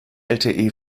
lte